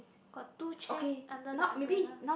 got two chairs under the umbrella